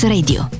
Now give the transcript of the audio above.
Radio